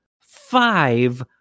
five